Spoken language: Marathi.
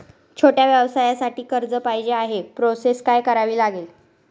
छोट्या व्यवसायासाठी कर्ज पाहिजे आहे प्रोसेस काय करावी लागेल?